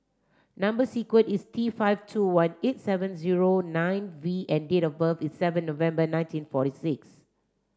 number sequence is T five two one eight seven zero nine V and date of birth is seven November nineteen forty six